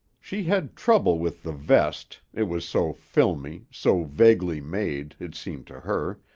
she had trouble with the vest, it was so filmy, so vaguely made, it seemed to her,